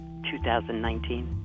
2019